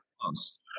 close